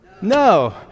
No